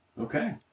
Okay